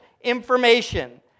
information